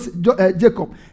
Jacob